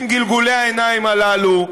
מספיק עם גלגולי העיניים הללו.